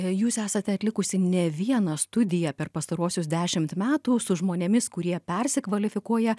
jūs esate atlikusi ne vieną studiją per pastaruosius dešimt metų su žmonėmis kurie persikvalifikuoja